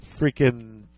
freaking